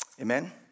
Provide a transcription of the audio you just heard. Amen